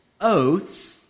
oaths